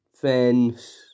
fence